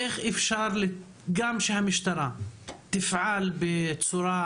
איך אפשר לפעול לכך שהמשטרה תפעל בצורה